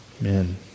Amen